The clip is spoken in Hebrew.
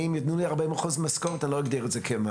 אם יתנו לי 40% במשכורת אני לא אגדיר את זה כמעט.